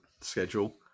schedule